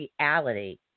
reality